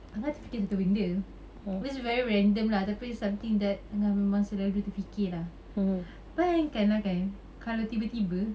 angah terfikir satu benda but it's very random lah tapi something that angah memang selalu terfikir lah bayangkan lah kan kalau tiba-tiba